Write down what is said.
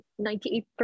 98